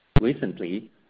Recently